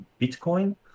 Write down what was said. bitcoin